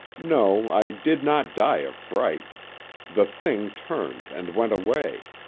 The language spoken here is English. no, i did not die of fright the thing turned and went away.